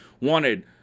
wanted